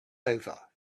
over